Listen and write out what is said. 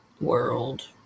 world